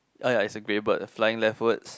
uh ya it's a grey bird flying leftwards